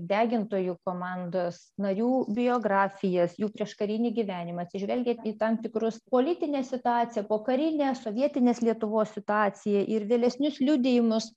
degintojų komandos narių biografijas jų prieškarinį gyvenimą atsižvelgiant į tam tikrus politinę situaciją pokarinę sovietinės lietuvos situaciją ir vėlesnius liudijimus